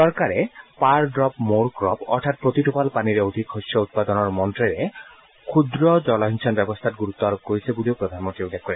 চৰকাৰে per drop more crop অৰ্থাত প্ৰতিটোপাল পানীৰে অধিক শয্য উৎপাদনৰ মন্ত্ৰৰে ক্ষুদ্ৰ জলসিঞ্চন ব্যৱস্থাত গুৰুত প্ৰদান কৰিছে বুলিও প্ৰধামন্ত্ৰীয়ে উল্লেখ কৰে